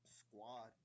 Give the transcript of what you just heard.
squad